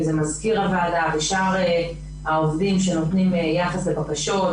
מזכיר הוועדה ושאר העובדים שנותנים יחס לבקשות,